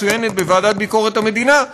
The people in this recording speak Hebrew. מצוינת בוועדה לביקורת המדינה,